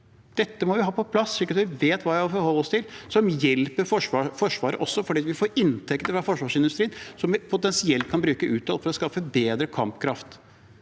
Dette må vi ha på plass slik at vi vet hva vi har å forholde oss til. Det hjelper Forsvaret også, fordi vi får inntekter fra forsvarsindustrien som vi potensielt kan bruke utad for å skaffe bedre kampkraft.